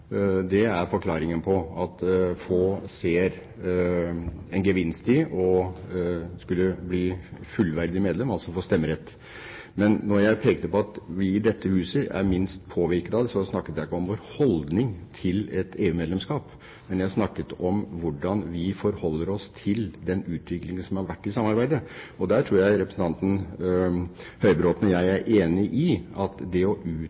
Det er forklaringen på at det er få som ser en gevinst i å skulle bli fullverdig medlem, altså få stemmerett. Men da jeg pekte på at vi i dette huset er minst påvirket av dette, snakket jeg ikke om vår holdning til et EU-medlemskap, men jeg snakket om hvordan vi forholder oss til den utviklingen som har vært i samarbeidet. Jeg tror representanten Høybråten og jeg er enige om at det å